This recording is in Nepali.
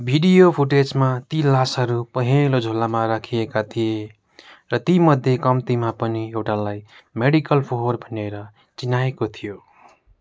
भिडियो फुटेजमा ती लासहरू पहेँलो झोलामा राखिएका थिए र तीमध्ये कम्तीमा पनि एउटालाई मेडिकल फोहोर भनेर चिनाएको थियो